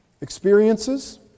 Experiences